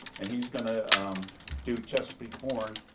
and he's gonna do chesapeake born.